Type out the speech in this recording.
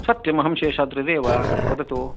सत्यम् अहम् शेषाद्रिदेव वदतु